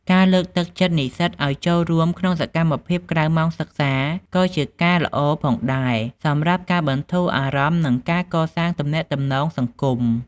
ការលើកទឹកចិត្តនិស្សិតឱ្យចូលរួមក្នុងសកម្មភាពក្រៅម៉ោងសិក្សាក៏ជាការល្អផងដែរសម្រាប់ការបន្ធូរអារម្មណ៍និងការកសាងទំនាក់ទំនងសង្គម។